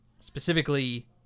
Specifically